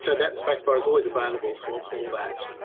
so that spacebar is ah is available for for that.